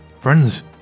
Friends